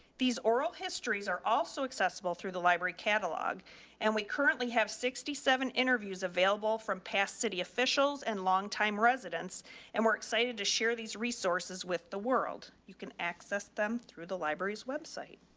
these oral histories are also accessible through the library catalog and we currently have sixty seven interviews available from past city officials and longtime residents and we're excited to share these resources with the world. you can access them through the library's website,